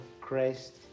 Christ